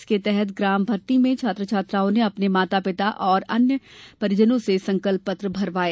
इसके तहत ग्राम भट्टी में छात्र छात्राओं ने अपने माता पिता एवं अन्य परिवारजनों से संकल्प पत्र भरवाये